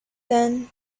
then